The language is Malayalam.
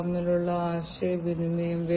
അതിനാൽ ഇവിടെ ക്ലാസ് മുറിയിൽ തന്നെ